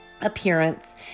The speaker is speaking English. appearance